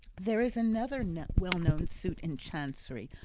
there is another well-known suit in chancery,